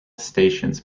stations